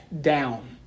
down